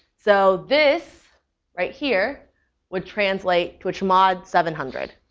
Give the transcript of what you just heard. so this right here would translate to chmod seven hundred,